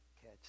catch